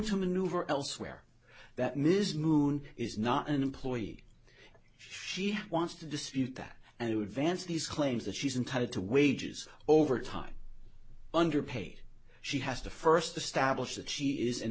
to maneuver elsewhere that ms moon is not an employee she wants to dispute that and it would vance these claims that she's entitled to wages overtime underpaid she has to first establish that she is an